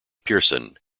pearson